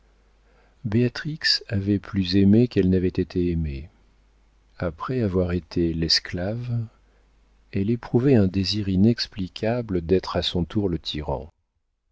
avait plus aimé qu'elle n'avait été aimée après avoir été l'esclave elle éprouvait un désir inexplicable d'être à son tour le tyran